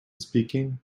speaking